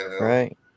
right